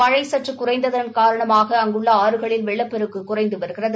மழை சற்று குறைந்ததன் காரணமாக அங்குள்ள ஆறுகளில் வெள்ளப்பெருக்கு குறைந்து வருகிறது